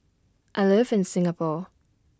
I live in Singapore